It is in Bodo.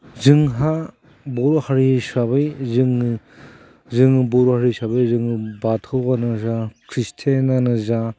जोंहा बर' हारि हिसाबै जोङो जोङो बर' हारि हिसाबै जोङो बाथौआनो जा ख्रिस्टियानानो जा